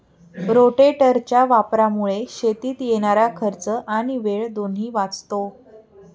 रोटेटरच्या वापरामुळे शेतीत येणारा खर्च आणि वेळ दोन्ही वाचतो